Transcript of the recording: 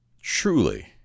truly